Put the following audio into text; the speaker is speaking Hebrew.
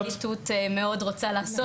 כבר היום הפרקליטות מאוד רוצה לעשות את זה.